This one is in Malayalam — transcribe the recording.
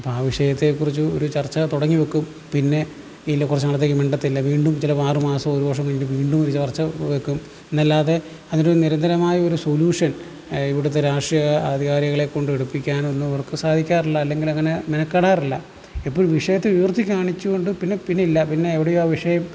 അപ്പോൾ ആ വിഷയത്തെക്കുറിച്ച് ഒരു ചർച്ച തുടങ്ങി വെക്കും പിന്നെ ഇല്ല കുറച്ചു നാളത്തേക്ക് മിണ്ടത്തില്ല വീണ്ടും ചിലപ്പോൾ ആറുമാസവും ഒരു വർഷവും കഴിഞ്ഞു വീണ്ടും ഒരു ചർച്ച വെക്കും എന്നല്ലാതെ അതിനു നിരന്തരമായ ഒരു സൊല്യൂഷൻ ഇവിടുത്തെ രാഷ്ട്രീയ അധികാരികളെക്കൊണ്ട് എടുപ്പിക്കാനൊന്നും ഇവർക്ക് സാധിക്കാറില്ല അല്ലെങ്കിൽ അങ്ങനെ മെനക്കെടാറില്ല ഇപ്പോൾ വിഷയത്തെ ഉയർത്തി കാണിച്ചുകൊണ്ട് പിന്നെ പിന്നെ ഇല്ല പിന്നെ എവിടെയും ആ വിഷയം